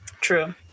True